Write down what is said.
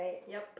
yup